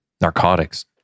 Narcotics